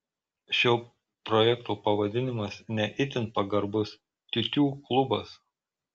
šio projekto pavadinimas ne itin pagarbus tiutiū klubas